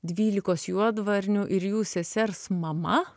dvylikos juodvarnių ir jų sesers mama